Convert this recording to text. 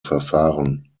verfahren